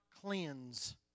cleanse